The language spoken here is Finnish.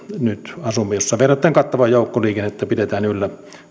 nyt asumme ja jossa verrattain kattavaa joukkoliikennettä pidetään yllä